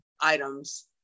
items